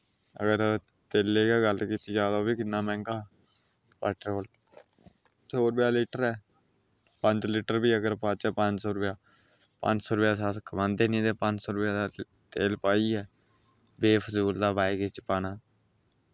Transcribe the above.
अगर तेले गै गल्ल कीती जा ता ओह्बी किन्ना मैह्ंगा पैट्रोल सौ रपेआ लीटर ऐ पंज लीटर बी अगर पाचै पंज सौ रपेआ पंज सौ रपे अस कमांदे निं ते पंज सौ रपे दा तेल पाईयै बे फजूल दा बाईक बिच्च पाना